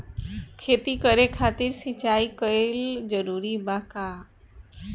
खेती करे खातिर सिंचाई कइल जरूरी बा का?